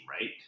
right